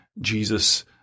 Jesus